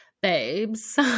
babes